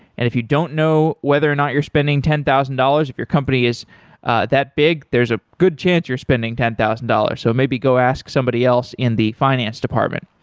and if you don't know whether or not you're spending ten thousand dollars, if your company is that big, there's a good chance you're spending ten thousand dollars. so maybe go ask somebody else in the finance department.